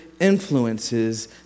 influences